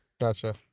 Gotcha